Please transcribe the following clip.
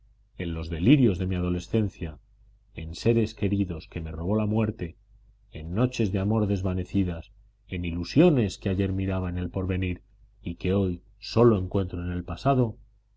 en los delirios de mi adolescencia en seres queridos que me robó la muerte en noches de amor desvanecidas en ilusiones que ayer miraba en el porvenir y que hoy sólo encuentro en lo pasado